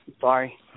Sorry